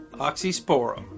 oxysporum